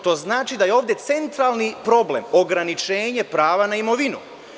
To znači da je ovde centralni problem ograničenje prava na imovinu.